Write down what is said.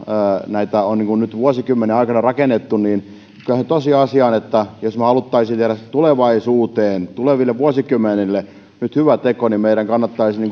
näitä on nyt vuosikymmenen aikana rakennettu kyllä se tosiasia on että jos me haluaisimme tulevaisuuteen tuleville vuosikymmenille tehdä nyt hyvän teon niin meidän kannattaisi